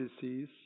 disease